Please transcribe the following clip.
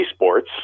esports